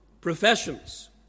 professions